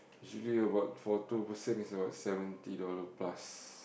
usually about for two person is about seventy dollars plus